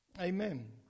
Amen